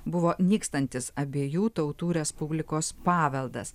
buvo nykstantis abiejų tautų respublikos paveldas